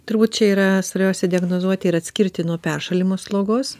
turbūt čia yra svarbiausia diagnozuoti ir atskirti nuo peršalimo slogos